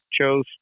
chose